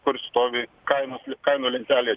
kur stovi kainos kainų lentelėj